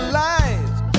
lies